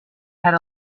had